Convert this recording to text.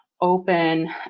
open